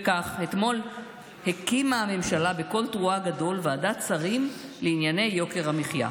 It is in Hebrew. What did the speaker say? וכך אתמול הקימה הממשלה בקול תרועה גדול ועדת שרים לענייני יוקר המחיה,